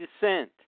descent